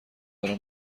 دارم